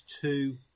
two